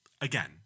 again